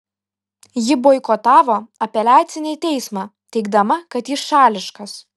ji boikotavo apeliacinį teismą teigdama kad jis šališkas